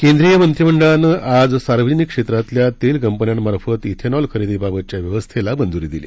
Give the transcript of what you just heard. केंद्रीय मंत्रिमंडळानं आज सार्वजनिक क्षेत्रातल्या तेल कंपन्यांमार्फत इथेनॉल खरेदीबाबतच्या व्यवस्थेला मंजूरी दिली